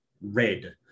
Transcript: red